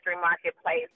marketplace